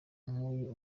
nk’uyu